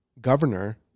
governor